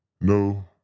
No